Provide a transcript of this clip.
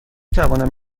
توانم